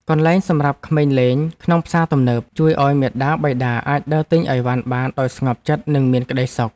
កន្លែងសម្រាប់ក្មេងលេងក្នុងផ្សារទំនើបជួយឱ្យមាតាបិតាអាចដើរទិញអីវ៉ាន់បានដោយស្ងប់ចិត្តនិងមានក្តីសុខ។